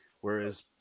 whereas